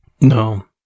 No